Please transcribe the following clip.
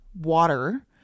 water